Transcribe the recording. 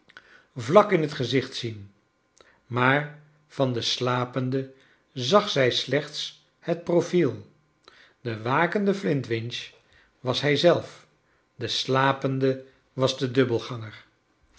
vlak in het gezicht zien maar van den siapenden zag zij slechts het profiel de wakende flintwinch was hij zelf de slapende was de dubbelganger